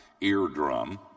eardrum